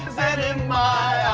ears and in my